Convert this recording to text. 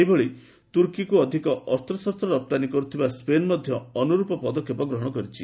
ସେହିଭଳି ତୁର୍କୀକୁ ଅଧିକ ଅସ୍ତ୍ରଶସ୍ତ ରପ୍ତାନୀ କରୁଥିବା ସ୍କେନ୍ ମଧ୍ୟ ଅନୁର୍ପ ପଦକ୍ଷେପ ଗ୍ରହଣ କରିଛି